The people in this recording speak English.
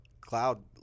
Cloud